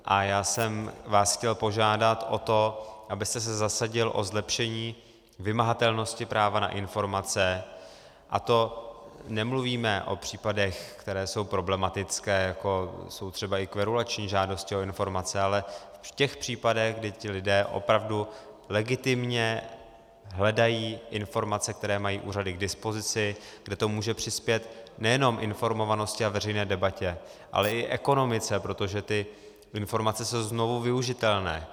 A já jsem vás chtěl požádat o to, abyste se zasadil o zlepšení vymahatelnosti práva na informace, a to nemluvíme o případech, které jsou problematické, jako jsou třeba i kverulační žádosti o informace, ale v těch případech, kde lidé opravdu legitimně hledají informace, které mají úřady k dispozici, kde to může přispět nejenom informovanosti a veřejné debatě, ale i ekonomice, protože ty informace jsou znovu využitelné.